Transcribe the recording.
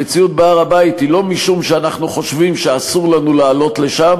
המציאות בהר-הבית היא לא משום שאנחנו חושבים שאסור לנו לעלות לשם